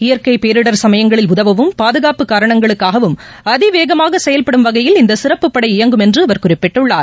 இயற்கைபேரிடர் சமயங்களில் உதவவும் பாதுகாப்பு காரணங்களுக்காகவும் அதிவேகமாகசெயல்படும் வகையில் இந்தசிறப்பு படை இயங்கும் என்றுஅவர் குறிப்பிட்டுள்ளார்